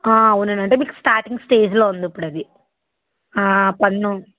అవునండి అంటే మీకు స్టార్టింగ్ స్టేజ్లో ఉంది ఇప్పుడది పన్ను